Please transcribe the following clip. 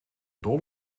dol